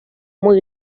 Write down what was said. muy